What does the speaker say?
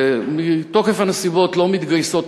שמתוקף הנסיבות לא מתגייסות,